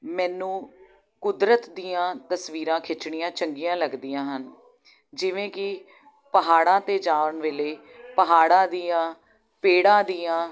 ਮੈਨੂੰ ਕੁਦਰਤ ਦੀਆਂ ਤਸਵੀਰਾਂ ਖਿੱਚਣੀਆਂ ਚੰਗੀਆਂ ਲੱਗਦੀਆਂ ਹਨ ਜਿਵੇਂ ਕਿ ਪਹਾੜਾਂ 'ਤੇ ਜਾਣ ਵੇਲੇ ਪਹਾੜਾਂ ਦੀਆਂ ਪੇੜਾਂ ਦੀਆਂ